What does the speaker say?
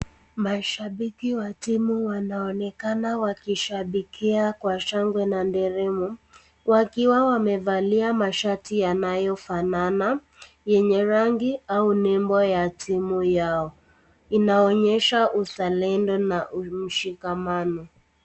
Mashabiki wa timu wanaonekana wakishabikia kwa shangwe na nderemo, wakiwa wamevalia mashati yanayofanana, yenye rangi au logo ya timu yao inaonyesha uzalendo na ushikamano.